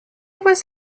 was